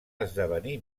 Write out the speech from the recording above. esdevenir